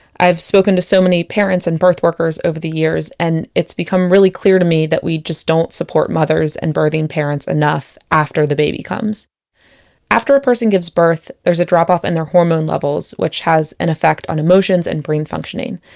i've spoken to so many parents and birth workers over the years and it's become really clear to me that we don't support mothers and birthing parents enough after the baby comes after a person gives birth, there's a drop off in their hormone levels which has an effect on emotions and brain functioning.